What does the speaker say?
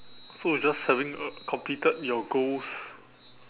so it's just having uh completed your goals